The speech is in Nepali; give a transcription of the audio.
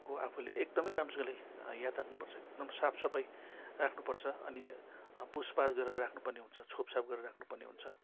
को आफुले एकदमै राम्रोसँगले याद राख्नुपर्छ एकदम साफसफाइ राख्नुपर्छ अनि पुसपाछ गरेर राख्नुपर्ने हुन्छ छोपछाप गरेर राख्नुपर्ने हुन्छ